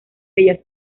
bellas